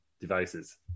devices